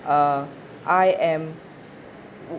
uh I am